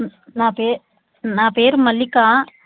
నా పే నా పేరు మల్లికా